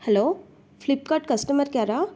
hello Flipkart customer care